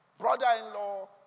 brother-in-law